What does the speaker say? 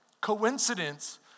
coincidence